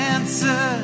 Answer